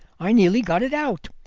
i nearly got it out.